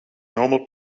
normal